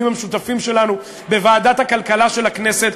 המשותפים שלנו בוועדת הכלכלה של הכנסת,